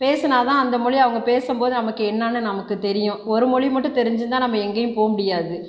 பேசினாதான் அந்த மொழி அவங்க பேசும்போது நமக்கு என்னானு நமக்கு தெரியும் ஒரு மொழி மட்டும் தெரிஞ்சிருந்தா நம்ப எங்கேயும் போகமுடியாது